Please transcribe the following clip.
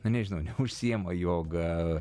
na nežinau neužsiėma joga